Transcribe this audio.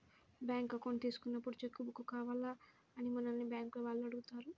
bank account తీసుకున్నప్పుడే cheque book కావాలా అని మనల్ని బ్యేంకుల వాళ్ళు అడుగుతారు